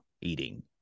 eating